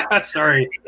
Sorry